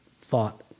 thought